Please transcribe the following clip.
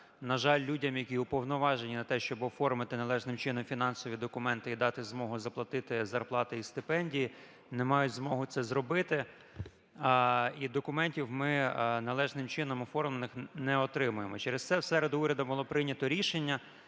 На жаль, людям, які уповноважені на те, щоб оформити належним чином фінансові документи і дати змогу заплатити зарплати і стипендії, не мають змоги це зробити. І документів ми належним чином оформлених не отримуємо. Через це в середу урядом було прийнято рішення